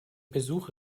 besuch